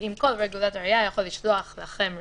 אם כל רגולטור היה יכול לשלוח לכם רשימה,